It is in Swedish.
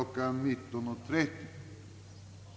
19.30.